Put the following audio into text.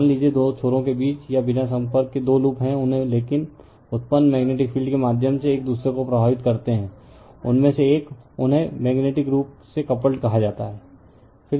मान लीजिए दो छोरों के बीच या बिना संपर्क के दो लूप हैं उन्हें लेकिन उत्पन्न मेग्नेटिक फील्ड के माध्यम से एक दूसरे को प्रभावित करते हैं उनमें से एक उन्हें मेग्नेटिक रूप से कपल्ड कहा जाता है